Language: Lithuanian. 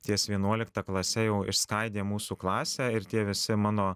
ties vienuolikta klase jau išskaidė mūsų klasę ir tie visi mano